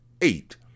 eight